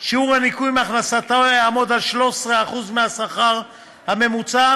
שיעור הניכוי מהכנסתו יעמוד על 13% מהשכר הממוצע,